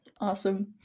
Awesome